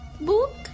Book